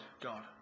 God